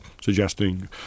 suggesting